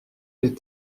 les